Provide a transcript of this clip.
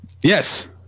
Yes